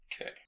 Okay